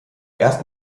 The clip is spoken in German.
erst